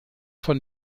von